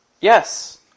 Yes